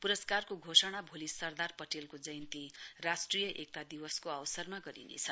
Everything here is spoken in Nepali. पुरस्कारको घोषणा भोलि सरदार पटेलको जयन्ती राष्ट्रिय एकता दिवसको अवसरमा गरिनेछ